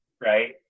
right